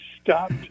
stopped